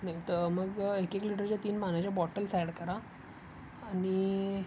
नाही तर मग एक एक लिटरच्या तीन पाण्याचे बॉटल्स ॲड करा आणि